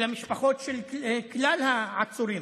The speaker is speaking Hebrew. או הצעירים,